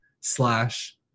slash